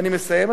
ואני מסיים,